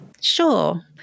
Sure